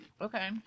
Okay